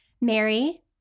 Mary